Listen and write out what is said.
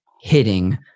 hitting